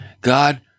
God